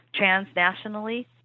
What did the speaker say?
transnationally